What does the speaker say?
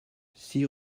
six